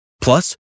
Plus